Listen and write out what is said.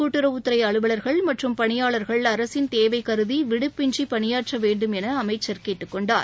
கூட்டுறவு துறை அலுவலர்கள் மற்றும் பணியாளர்கள் அரசின் தேவை கருதி விடுப்பின்றி பணியாற்றவேண்டும் என அமைச்சர் கேட்டுக்கொண்டார்